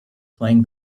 playing